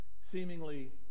seemingly